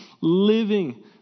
living